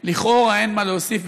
לכאורה אין מה להוסיף,